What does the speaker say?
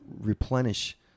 replenish